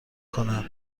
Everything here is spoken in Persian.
کند